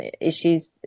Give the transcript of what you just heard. issues